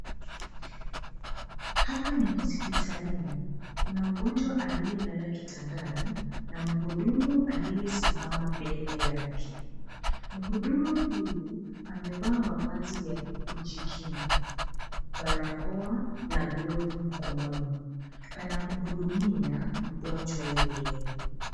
Hapa ni hospitalini. Kuna mgonjwa aliyelala kitandani na mhudumu aliyesimama mbele yake. Mhudumu huyu amevaa mavazi ya kujikinga: barakoa na glovu mkononi. Anamhudumia mgonjwa yule.